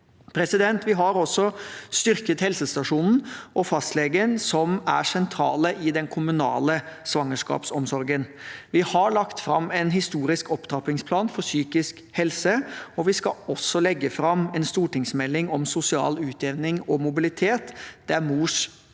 oppfølging. Vi har altså styrket helsestasjonen og fastlegen, som er sentrale i den kommunale svangerskapsomsorgen. Vi har lagt fram en historisk opptrappingsplan for psykisk helse, og vi skal også legge fram en stortingsmelding om sosial utjevning og mobilitet – der mors